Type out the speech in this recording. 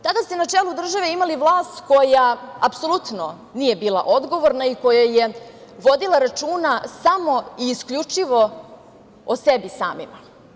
Tada ste na čelu države imali vlast koja apsolutno nije bila odgovorna i koja je vodila računa samo i isključivo o sebi samima.